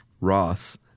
Ross